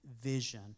vision